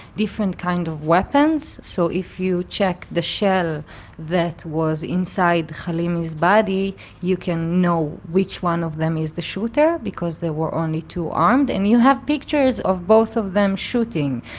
different kind of weapons, so if you check the shell that was inside hilmi's body you can know which one of them is the shooter because there were only two armed, and you have pictures of both of them shooting,